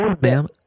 Ma'am